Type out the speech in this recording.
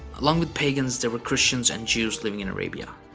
along with pagans, there were christians and jews living in arabia.